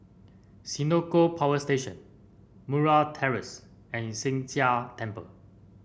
Senoko Power Station Murray Terrace and Sheng Jia Temple